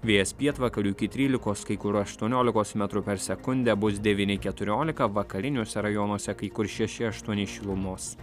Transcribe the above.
vėjas pietvakarių iki trylikos kai kur aštuoniolikos metrų per sekundę bus devyni keturiolika vakariniuose rajonuose kai kur šeši aštuoni šilumos